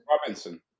Robinson